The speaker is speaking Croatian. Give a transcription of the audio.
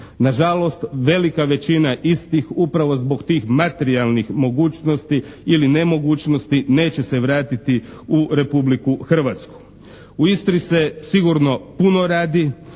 Nažalost, velika većina istih upravo zbog tih materijalnih mogućnosti ili nemogućnosti neće se vratiti u Republiku Hrvatsku. U Istri se sigurno puno radi.